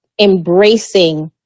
embracing